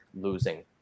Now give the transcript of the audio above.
losing